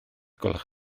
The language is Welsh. gwelwch